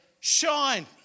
shine